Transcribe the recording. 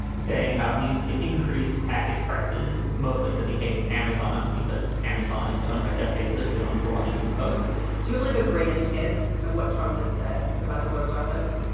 saying how it needs to increase package prices, mostly because he hates amazon, because amazon is owned by jeff bezos, who owns the washington post do you have like a greatest hits of what trump has said about the post office?